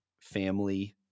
family